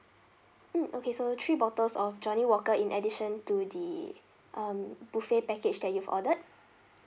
mm okay so three bottles of johnnie walker in addition to the um buffet package that you've ordered